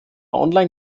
online